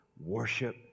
Worship